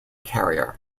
carrier